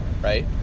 right